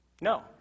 No